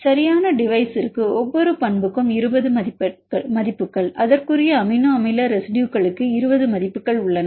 சரியான டிவைசிற்கு ஒவ்வொரு பண்புக்கும் 20 மதிப்புகள் அதற்குரிய அமினோ அமில ரெசிடுயுகளுக்கு 20 மதிப்புகள் உள்ளன